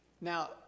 Now